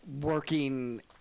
working